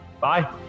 Bye